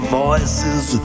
voices